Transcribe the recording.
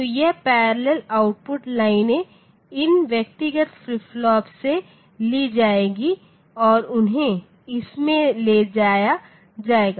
तो यह parallel output लाइनें इन व्यक्तिगत फ्लिप फ्लॉप से ली जाएंगी और उन्हें इसमें ले जाया जाएगा